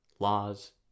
laws